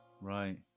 Right